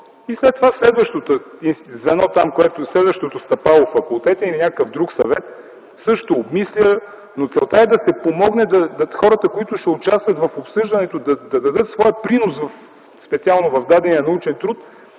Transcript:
област. И следващото стъпало – факултетът, или някакъв друг съвет, също обмисля. Но целта е да се помогне хората, които ще участват в обсъждането, да дадат своя принос специално в дадения научен труд